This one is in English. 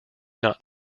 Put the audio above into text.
not